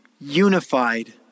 unified